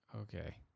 okay